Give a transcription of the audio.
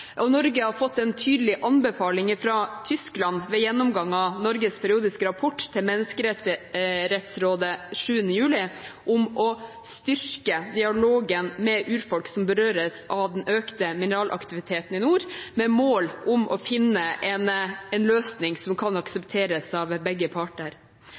Norge har fått en tydelig anbefaling fra Tyskland ved gjennomgang av Norges periodiske rapport til Menneskerettsrådet 7. juli om å styrke dialogen med urfolk som berøres av den økte mineralaktiviteten i nord, med mål om å finne en løsning som kan aksepteres av begge parter.